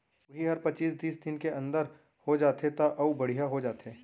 उही हर पचीस तीस दिन के अंदर हो जाथे त अउ बड़िहा हो जाथे